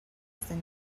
than